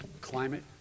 climate